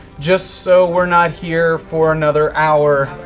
just so we're not here for another hour,